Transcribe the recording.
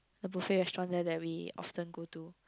the buffet restaurant there that we often go to